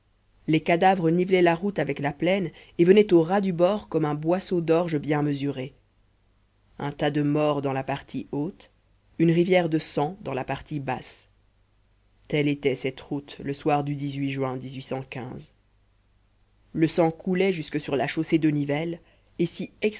les cadavres nivelaient la route avec la plaine et venaient au ras du bord comme un boisseau d'orge bien mesuré un tas de morts dans la partie haute une rivière de sang dans la partie basse telle était cette route le soir du juin le sang coulait jusque sur la chaussée de nivelles et s'y